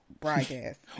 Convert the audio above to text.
broadcast